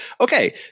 okay